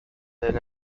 then